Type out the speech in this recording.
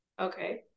Okay